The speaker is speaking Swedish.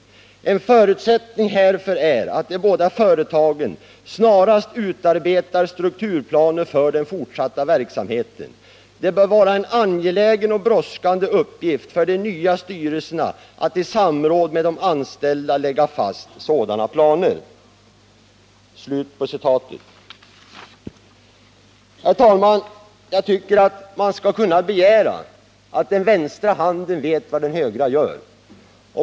En förutsättning härför är att de båda företagen snarast utarbetar strukturplaner för den fortsatta verksamheten. Det bör vara en angelägen och brådskande uppgift för de nya styrelserna att i samråd med de anställda lägga fast sådana planer.” 161 Herr talman! Jag tycker att man skall kunna begära att den vänstra handen vet vad den högra gör.